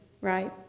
right